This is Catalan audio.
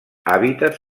hàbitats